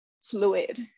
fluid